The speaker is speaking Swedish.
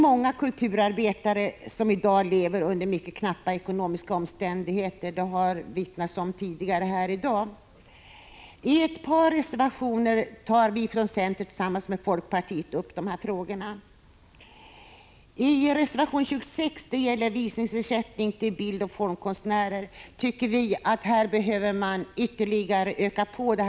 Många kulturarbetare lever i dag under mycket knappa omständigheter — det vittnades det om tidigare här i dag. I ett par reservationer tar vi från centern tillsammans med folkpartiet upp detta. Reservation 26 gäller visningsersättning till bildoch formkonstnärer. Vi tycker att man behöver öka på detta anslag ytterligare.